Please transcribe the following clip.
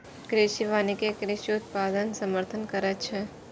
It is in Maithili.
कृषि वानिकी कृषि उत्पादनक समर्थन करै छै